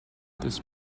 this